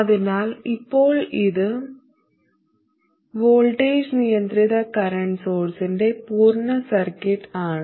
അതിനാൽ ഇപ്പോൾ ഇത് വോൾട്ടേജ് നിയന്ത്രിത കറന്റ് സോഴ്സിന്റെ പൂർണ്ണ സർക്യൂട്ട് ആണ്